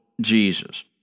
Jesus